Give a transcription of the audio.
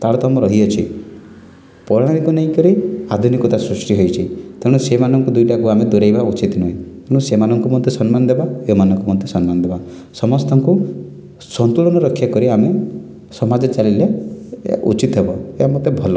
ତାରତମ୍ୟ ରହି ଅଛି ପୌରାଣିକ ନେଇକରି ଆଧୁନିକତା ସୃଷ୍ଟି ହୋଇଛି ତେଣୁ ସେମାନଙ୍କୁ ଦୁଇଟାକୁ ଆମେ ଦୁରେଇବା ଉଚିତ୍ ନୁହେଁ କିନ୍ତୁ ସେମାନଙ୍କୁ ମଧ୍ୟ ସମ୍ମାନ ଦେବା ଏମାନଙ୍କୁ ମଧ୍ୟ ସମ୍ମାନ ଦେବା ସମସ୍ତଙ୍କୁ ସନ୍ତୁଳନ ରକ୍ଷା କରି ଆମେ ସମାଜରେ ଚାଲିଲେ ଉଚିତ୍ ହେବ ଏହା ମୋତେ ଭଲ